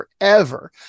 forever